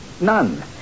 none